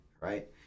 right